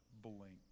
blink